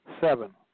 Seven